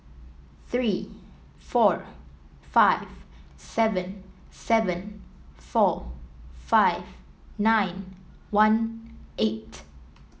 three four five seven seven four five nine one eight